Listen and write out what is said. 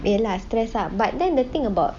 ya lah stress lah but then the thing about